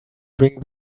bring